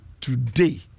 Today